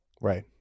Right